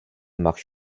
marque